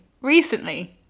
recently